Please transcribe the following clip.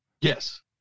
Yes